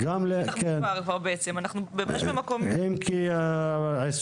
באמת אנחנו לא יודעים כמו שאהוד